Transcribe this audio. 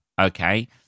okay